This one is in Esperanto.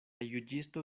juĝisto